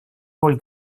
роль